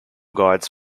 guides